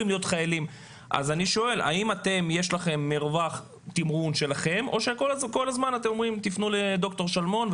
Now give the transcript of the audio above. האם יש לכם מרווח תמרון שלכם או שכל הזמן אתם אומרים תפנו לד"ר שלמון,